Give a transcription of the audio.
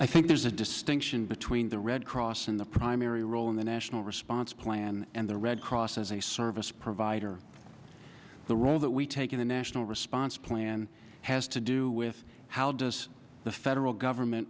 i think there's a distinction between the red cross and the primary role in the national response plan and the red cross as a service provider the role that we take in the national response plan has to do with how does the federal government